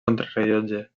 contrarellotge